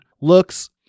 looks